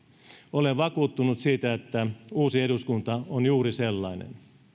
olen vakuuttunut siitä että uusi eduskunta on juuri sellainen